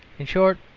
in short,